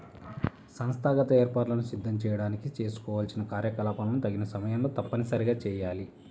సంస్థాగత ఏర్పాట్లను సిద్ధం చేయడానికి చేసుకోవాల్సిన కార్యకలాపాలను తగిన సమయంలో తప్పనిసరిగా చేయాలి